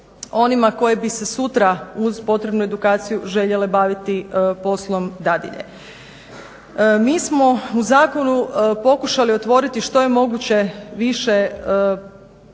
onima koje bi se sutra uz potrebnu edukaciju željele baviti poslom dadilje. Mi smo u zakonu pokušali otvoriti što je moguće više načina